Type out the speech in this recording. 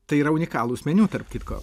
tai yra unikalūs meniu tarp kitko